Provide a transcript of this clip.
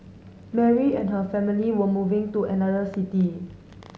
Mary and her family were moving to another city